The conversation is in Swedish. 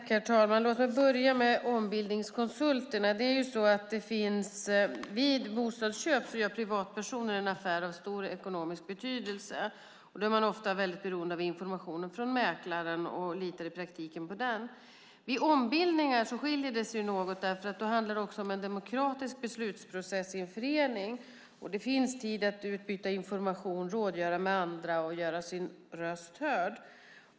Herr talman! Låt mig börja med ombildningskonsulterna. Vid bostadsköp gör privatpersoner en affär av stor ekonomisk betydelse, och då är man ofta väldigt beroende av informationen från mäklaren och litar i praktiken på den. Ombildningar skiljer sig något från detta, för då handlar det också om en demokratisk beslutsprocess i en förening. Det finns tid att utbyta information, att rådgöra med andra och att göra sin röst hörd.